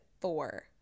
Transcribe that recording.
four